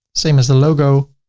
same as the logo.